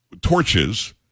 torches